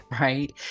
right